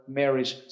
marriage